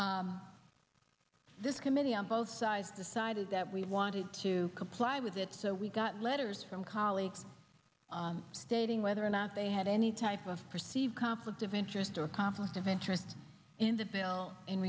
well this committee on both sides decided that we wanted to comply with it so we got letters from colleagues stating whether or not they had any type of perceived conflict of interest or conflict of interest in the bill in